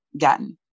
gotten